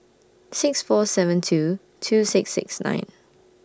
six four seven two two six six nine